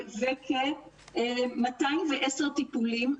וכ-210 טיפולים.